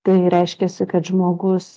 tai reiškiasi kad žmogus